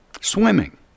swimming